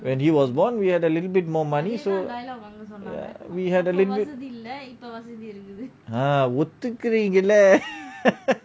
when he was born we had a little bit more money so we had a little bit ஒதுக்கிரிங்களா:othukiringala